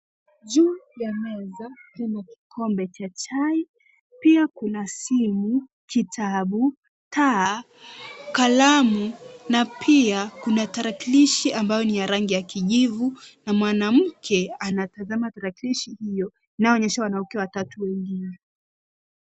Juu ya meza kuna kikombe cha chai pia kuna simu kitabu taa kalamu na pia kunatarakilishi ambayo ni ya rangi ya kijivu na mwanamke anatasama tarakilishe hio inaonyesha watatu wengine.